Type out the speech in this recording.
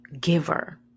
giver